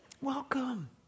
Welcome